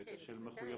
ובטח של מחויבות.